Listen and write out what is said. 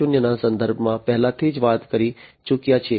0 ના સંદર્ભમાં પહેલેથી જ વાત કરી ચૂક્યા છીએ